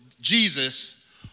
Jesus